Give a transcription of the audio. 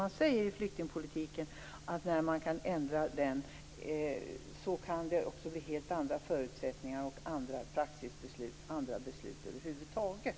Man säger i flyktingpolitiken att när man kan göra ändringar så kan det också bli helt andra förutsättningar, andra praxisbeslut och andra beslut över huvud taget.